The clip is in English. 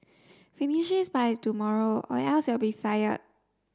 finishes by tomorrow or else you'll be fired